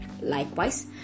Likewise